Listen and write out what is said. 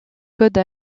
code